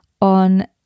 on